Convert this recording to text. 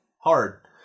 hard